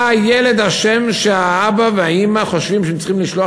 מה הילד אשם שהאבא והאימא חושבים שהם צריכים לשלוח